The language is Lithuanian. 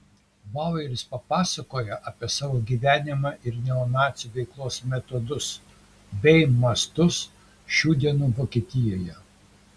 baueris papasakojo apie savo gyvenimą ir neonacių veiklos metodus bei mastus šių dienų vokietijoje